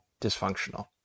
dysfunctional